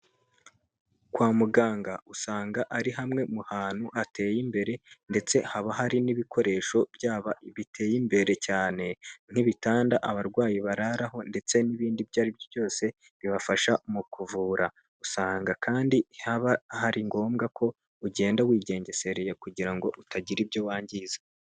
Kwa muganga usanga ari hamwe mu hantu hateye imbere, ndetse haba hari n'ibikoresho byaba biteye imbere cyane, nk'ibitanda abarwayi bararaho, ndetse n'ibindi ibyo aribyo byose bibafasha mu kuvura, usanga kandi haba hari ngombwa ko ugenda wigengesereye kugira ngo utagira ibyo wangiza.